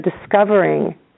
discovering